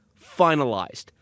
finalized